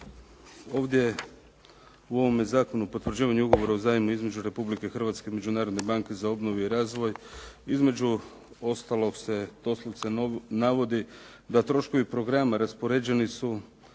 Ovdje u ovome Zakonu o potvrđivanju Ugovora o zajmu između Republike Hrvatske i Međunarodne banke za obnovu i razvoj između ostalog se doslovce navodi da troškovi programa raspoređeni su